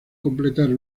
completar